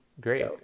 great